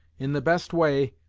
in the best way,